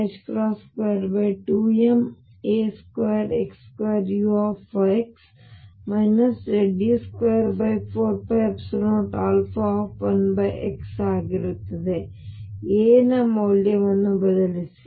ಈಗ a ನ ಮೌಲ್ಯವನ್ನು ಬದಲಿಸಿ